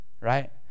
Right